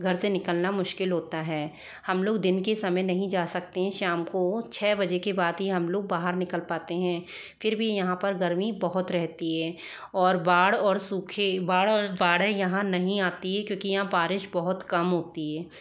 घर से निकलना मुश्किल होता है हम लोग दिन के समय नहीं जा सकते शाम को छह बजे के बाद ही हम लोग बाहर निकल पाते हैं फिर भी यहाँ पर गर्मी बहुत रहती है और बाढ़ और सूखे बाढ़ और बाढ़े यहाँ नहीं आती हैं क्योंकि यहाँ बारिश बहुत कम होती है